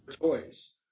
toys